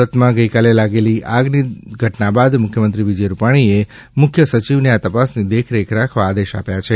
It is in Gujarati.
સુરતમાં ગઇકાલે લાગેલી આગની ઘટના બાદ મુખ્યમંત્રી વિજય રૂપાણીએ મુખ્ય સચિવને આ તપાસની દેખરેખ રાખવા આદેશ આપ્યા છે